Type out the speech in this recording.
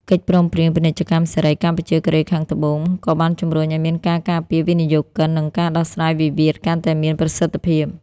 កិច្ចព្រមព្រៀងពាណិជ្ជកម្មសេរី កម្ពុជា-កូរ៉េខាងត្បូង ក៏បានជម្រុញឱ្យមានការការពារវិនិយោគិន និងការដោះស្រាយវិវាទកាន់តែមានប្រសិទ្ធភាព។